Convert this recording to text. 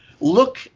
Look